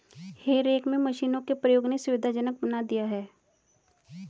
हे rake में मशीनों के प्रयोग ने सुविधाजनक बना दिया है